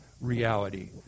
reality